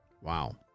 Wow